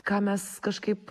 ką mes kažkaip